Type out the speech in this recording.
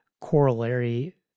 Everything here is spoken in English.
corollary